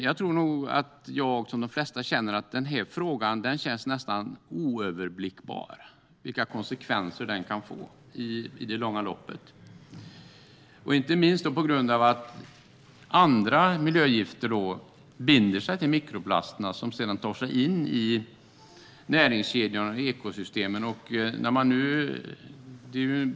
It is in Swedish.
Jag tror att jag, liksom de flesta, tycker att det känns nästan oöverblickbart vilka konsekvenser som denna fråga kan få i det långa loppet, inte minst på grund av att mikroplaster binder miljögifter som sedan tar sig in i näringskedjorna och ekosystemen.